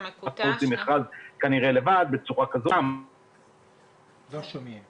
מבחינה משפטית זה לא בדיוק מדויק מה שנאמר,